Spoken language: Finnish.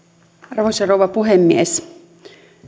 arvoisa rouva puhemies